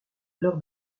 lors